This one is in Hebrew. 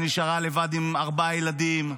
שנשארה לבד עם ארבעה ילדים.